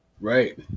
Right